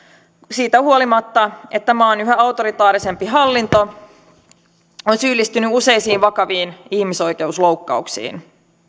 siitä huolimatta että maan yhä autoritaarisempi hallinto on syyllistynyt useisiin vakaviin ihmisoikeusloukkauksiin